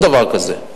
אין דבר כזה.